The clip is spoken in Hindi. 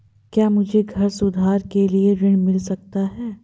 क्या मुझे घर सुधार के लिए ऋण मिल सकता है?